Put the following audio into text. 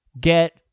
Get